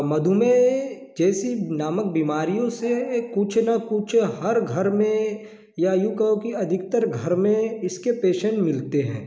मधुमेह जैसी नामक बीमारियों से कुछ न कुछ हर घर में या यूँ कहो कि अधिकतर घर में इसके पेशेंट मिलते हैं